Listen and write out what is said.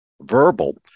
verbal